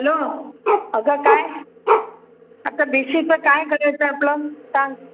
hello अगं काय आता भिशीचं काय करायचं आहे आपलं सांग